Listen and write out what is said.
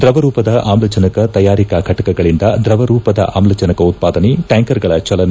ದ್ರವರೂಪದ ಆಮ್ಲಜನಕ ತಯಾರಿಕ ಫಟಕಗಳಿಂದ ದ್ರವರೂಪದ ಆಮ್ಲಜನಕ ಉತ್ಪಾದನೆ ಟ್ಯಾಂಕರ್ಗಳ ಚಲನೆ